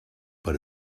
per